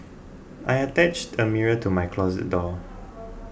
I attached a mirror to my closet door